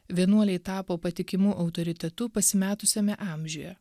vienuoliai tapo patikimu autoritetu pasimetusiame amžiuje